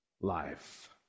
life